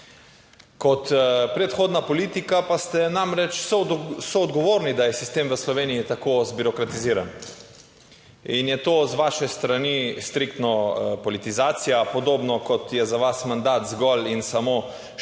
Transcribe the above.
Kot predhodna politika pa ste namreč soodgovorni, da je sistem v Sloveniji tako zbirokratiziran. In je to z vaše strani striktno politizacija, podobno kot je za vas mandat zgolj in samo štiriletna